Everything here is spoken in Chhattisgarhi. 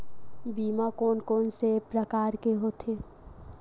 बीमा कोन कोन से प्रकार के होथे?